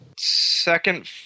Second